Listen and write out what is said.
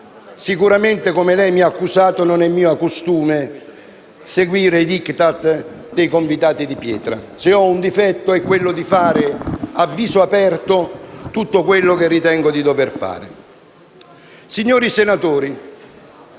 Sicuramente, come lei mi ha accusato, non è mio costume seguire i *Diktat* dei convitati di pietra: se ho un difetto, è quello di fare a viso aperto tutto quello che ritengo di dover fare. Signori senatori,